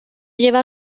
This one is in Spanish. lleva